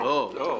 לא.